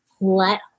let